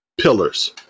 pillars